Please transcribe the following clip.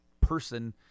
person